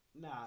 Nah